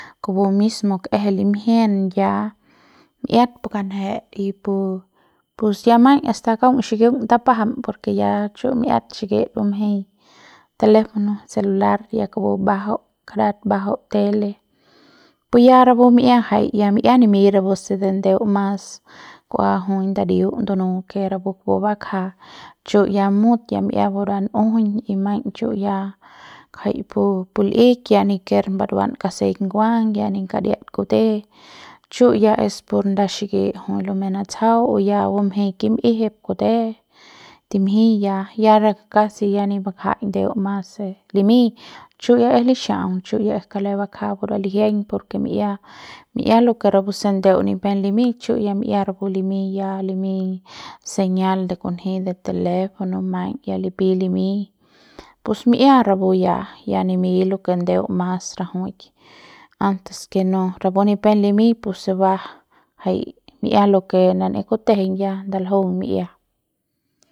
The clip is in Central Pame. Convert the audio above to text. kupu mismo kje limjien ya mi'iat pu kanje y pu ya maiñ hasta kaung xikiung tapjam por ke ya chu mi'ia xikiit bumjeiñ teléfono celular ya kupu mbajau karat mbajau tele pu ya rapu mi'ia jai ya mi'ia nimi rapu se de ndeu mas kua jui ndadiu ndunu ker rapu pu bukja chu ya mut ya mi'ia burua njuiñ y maiñ ya chu ya ngjai pu pu l'ik ya ninker buruan kaseiñ nguang ya ni kadia kute chu ya es pu nda xiki jui lumei natsjau o ya bumjeiñ kimjie'ep kute timjiñ ya ya ra casi ya mbangjai ndeu mas se limiñ chu ya es lixa'aung chu ya es kale bakja burua lijiaiñ porke mi'ia mi'ia lo ke rapu se ndeu ni pep limiñ chu ya mi'ia rapu limiñ ya limiñ señal de kunji de teléfono maiñ ya ripi limiñ pus mi'ia ya rapu ya nimiñ lo ke ndeu mas rajuik antes ke no rapu ni pep limi pus se ba jai mi'ia lo ke nan'ia kutejeiñ ya ndaljung mi'ia.